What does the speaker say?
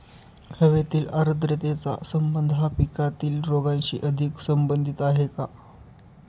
हवेतील आर्द्रतेचा संबंध हा पिकातील रोगांशी अधिक संबंधित आहे का?